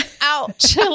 ouch